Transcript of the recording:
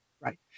right